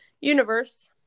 universe